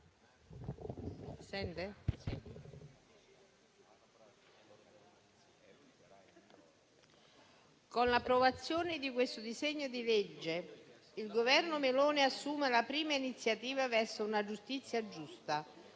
con l'approvazione di questo disegno di legge il Governo Meloni assume la prima iniziativa verso una giustizia giusta,